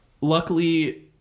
Luckily